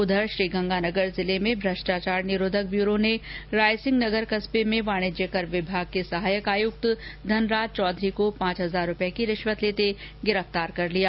उधर श्रीगंगानगर जिले में भ्रष्टाचार निरोधक ब्यूरो ने आज रायसिंहनगर कस्बे में वाणिज्य कर विभाग के सहायक आयुक्त धनराज चौधरी को पांच हजार रुपए की रिश्वत लेते हुए गिरफ्तार कर लिया